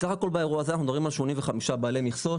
סה"כ באירוע הזה אנחנו מדברים על 85 בעלי מכסות.